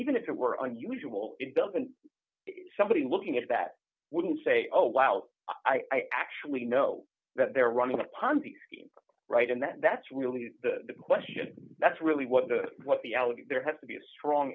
even if it were unusual it doesn't somebody looking at that wouldn't say oh out i actually know that they're running a ponzi scheme right and that that's really the question that's really what the what the out there has to be a strong